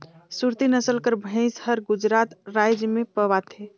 सुरती नसल कर भंइस हर गुजरात राएज में पवाथे